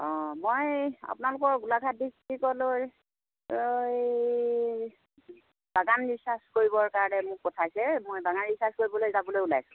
অঁ মই আপোনালোকৰ গোলাঘাট ড্ৰিষ্টিকলৈ বাগান ৰিচাৰ্ছ কৰিবৰ কাৰণে মোক পঠাইছে মই বাগান ৰিচাৰ্ছ কৰিবলৈ যাবলৈ ওলাইছোঁ